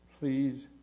please